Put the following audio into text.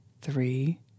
three